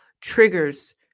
triggers